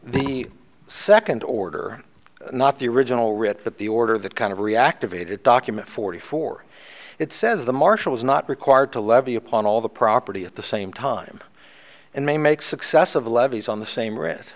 the second order not the original writ but the order that kind of reactivated document forty four it says the marshal is not required to levy upon all the property at the same time and may make successive levies on the same wri